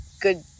good